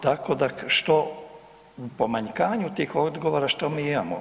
Tako da što u pomanjkanju tih odgovora, što mi imamo?